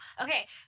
Okay